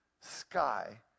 sky